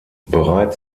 bereits